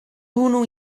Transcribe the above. unu